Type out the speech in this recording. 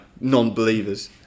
non-believers